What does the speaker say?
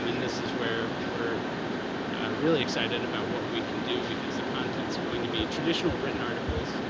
this is where we're really excited about what we can do, because the content is going to be traditional written articles,